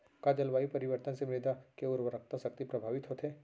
का जलवायु परिवर्तन से मृदा के उर्वरकता शक्ति प्रभावित होथे?